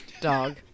Dog